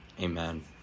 Amen